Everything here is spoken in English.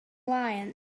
lions